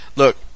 Look